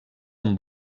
amb